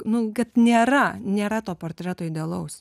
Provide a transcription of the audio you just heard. nu kad nėra nėra to portreto idealaus